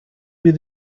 mir